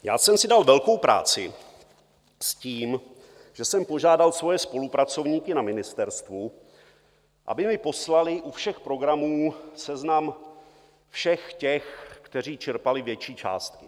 Dal jsem si velkou práci s tím, že jsem požádal svoje spolupracovníky na ministerstvu, aby mi poslali u všech programů seznam všech těch, kteří čerpali větší částky.